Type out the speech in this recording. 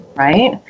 right